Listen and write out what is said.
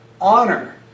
honor